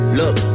look